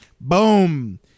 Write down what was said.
Boom